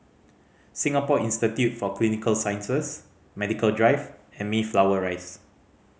Singapore Institute for Clinical Sciences Medical Drive and Mayflower Rise